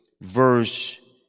verse